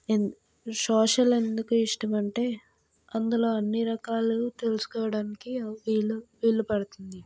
ఎందు సోషల్ ఎందుకు ఇష్టం అంటే అందులో అన్ని రకాలు తెలుసుకోవడానికి వీలు వీలు పడుతుంది